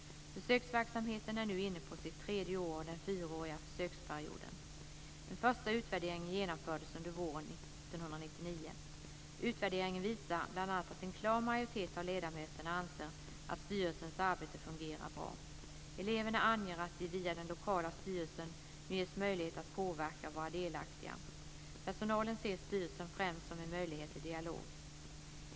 Försöksverksamheten är nu inne på sitt tredje år av den fyraåriga försöksperioden. En första utvärdering genomfördes under våren 1999. Utvärderingen visar bl.a. att en klar majoritet av ledamöterna anser att styrelsens arbete fungerar bra. Eleverna anger att de via den lokala styrelsen nu ges möjlighet att påverka och vara delaktiga. Personalen ser styrelsen främst som en möjlighet till dialog.